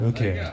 Okay